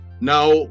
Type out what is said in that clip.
Now